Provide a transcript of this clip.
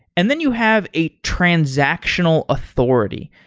and then you have a transactional authority.